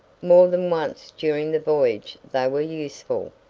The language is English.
more than once during the voyage they were useful.